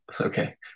Okay